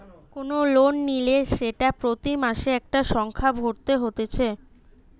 কোন লোন নিলে সেটা প্রতি মাসে একটা সংখ্যা ভরতে হতিছে